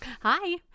Hi